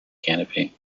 canopy